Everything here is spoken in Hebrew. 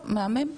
מהמם.